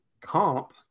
comp